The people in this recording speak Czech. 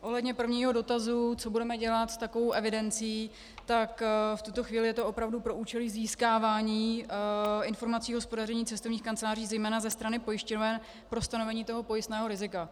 Ohledně prvního dotazu, co budeme dělat s takovou evidencí, tak v tuto chvíli je to opravdu pro účely získávání informací o hospodaření cestovních kanceláří, zejména ze strany pojišťoven pro stanovení pojistného rizika.